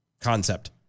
concept